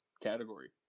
category